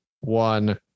one